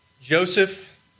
joseph